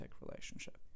relationship